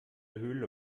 höhle